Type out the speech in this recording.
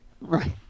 right